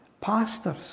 pastors